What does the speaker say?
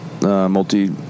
Multi-